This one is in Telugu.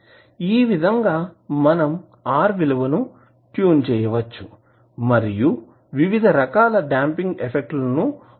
ఈ విధంగా మనం R విలువను ట్యూన్ చేయవచ్చు మరియు వివిధ రకాల డాంపింగ్ ఎఫెక్ట్ లు పొందవచ్చు